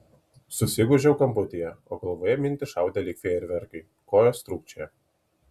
susigūžiau kamputyje o galvoje mintys šaudė lyg fejerverkai kojos trūkčiojo